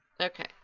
Okay